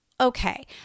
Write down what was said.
okay